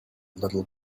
little